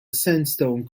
sandstone